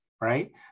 Right